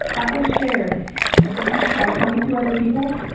was shared by twenty two other people,